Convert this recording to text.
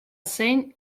zein